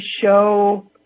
show